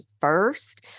first